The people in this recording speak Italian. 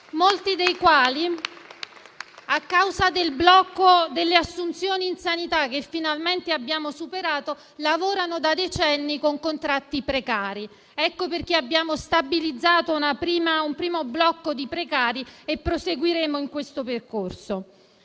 molti dei quali, a causa del blocco delle assunzioni in sanità, che finalmente abbiamo superato, lavorano da decenni con contratti precari. (*Applausi*). Abbiamo pertanto stabilizzato un primo blocco di precari e proseguiremo in questo percorso.